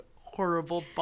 Horrible